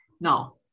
now